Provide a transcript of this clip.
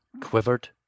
quivered